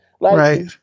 Right